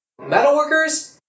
metalworkers